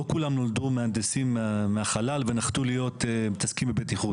לא כולם נולדו מהנדסים מהחלל ונחתו להיות עוסקים בבטיחות.